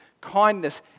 kindness